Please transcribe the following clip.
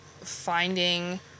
finding